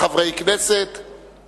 הגבלת שעות חנייה בתמרור המתיר חנייה לנכים),